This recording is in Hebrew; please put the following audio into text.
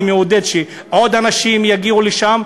אני מעודד שעוד אנשים יגיעו לשם,